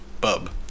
Bub